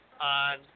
on